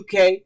UK